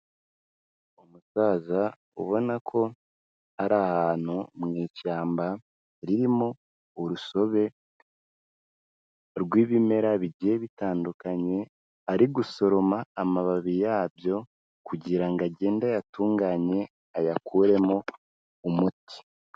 Umusaza ubona ko ari ahantu mu ishyamba ririmo urusobe rw'ibimera bigiye bitandukanye, ari gusoroma amababi yabyo kugira ngo agende ayatunganye ayakuremo umuti.